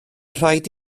raid